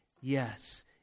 yes